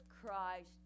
christ